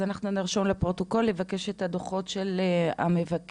אז אנחנו נרשום לפרוטוקול לבקש את הדוחות של המבקר,